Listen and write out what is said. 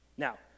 Now